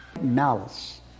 Malice